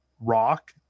rock